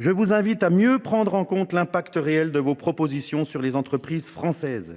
Je vous invite à mieux prendre en compte l’effet réel de vos propositions sur les entreprises françaises